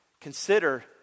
Consider